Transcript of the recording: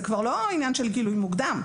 זה כבר לא עניין של גילוי מוקדם.